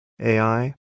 AI